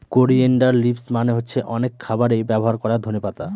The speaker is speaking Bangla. করিয়েনডার লিভস মানে হচ্ছে অনেক খাবারে ব্যবহার করা ধনে পাতা